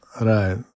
Right